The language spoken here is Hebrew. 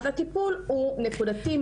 הטיפול הוא נקודתי,